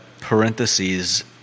parentheses